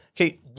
Okay